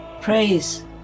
praise